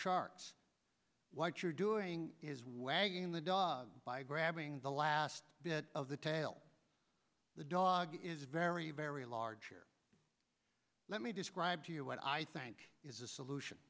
sharks what you're doing is wagging the dog by grabbing the last bit of the tail the dog is very very large here let me describe to you what i think is a solution